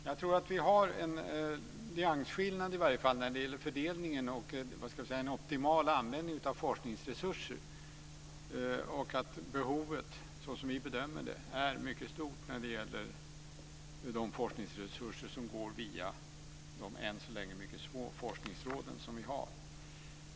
Herr talman! Jag tror att vi har en nyansskillnad när det gäller fördelningen och en optimal användning av forskningsresurser. Såsom vi bedömer det är behovet mycket stort när det gäller de forskningsresurser som går via de än så länge mycket små forskningsråd vi har.